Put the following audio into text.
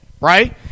right